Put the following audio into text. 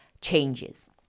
changes